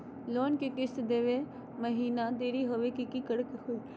Loan के किस्त देवे महिना देरी होवे पर की होतही हे?